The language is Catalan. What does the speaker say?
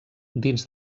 dins